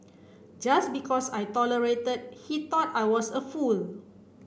just because I tolerated he thought I was a fool